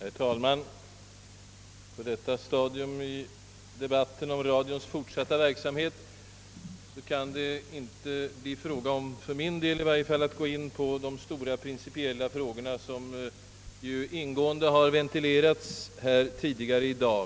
Herr talman! På detta stadium i debatten om radions fortsatta verksamhet anser jag mig inte böra gå in på de stora, principiella frågorna, som så ingående har ventilerats här i dag.